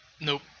Nope